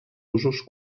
usos